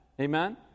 Amen